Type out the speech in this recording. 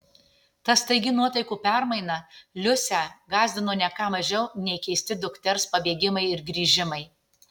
ta staigi nuotaikų permaina liusę gąsdino ne ką mažiau nei keisti dukters pabėgimai ir grįžimai